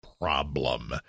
problem